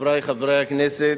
חברי חברי הכנסת,